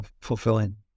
fulfilling